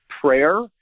prayer